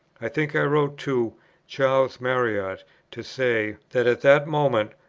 i think i wrote to charles marriott to say, that at that moment,